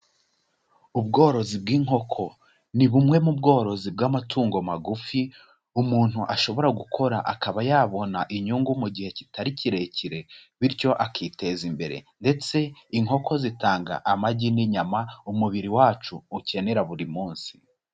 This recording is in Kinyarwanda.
Ubworozi bw'inkoko ni bumwe mu bworozi bw'amatungo magufi umuntu ashobora gukora akaba yabona inyungu mu gihe kitari kirekire, bityo akiteza imbere ndetse inkoko zitanga amagi n'inyama umubiri wacu ukenera buri munsi.